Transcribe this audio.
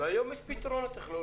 והיום יש פתרונות טכנולוגיים.